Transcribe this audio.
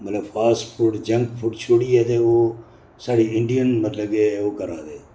मतलब fast food junk food छोड़ियै ते ओह् स्हाड़ी इंडियन मतलब के ओह् करा दे